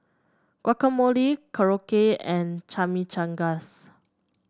Guacamole Korokke and Chimichangas